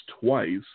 twice